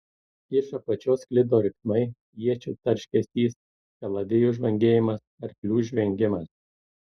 iš apačios sklido riksmai iečių tarškesys kalavijų žvangėjimas arklių žvengimas